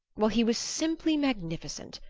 well, he was simply magnificent,